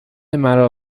مرا